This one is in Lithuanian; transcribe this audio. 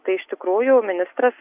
tai iš tikrųjų ministras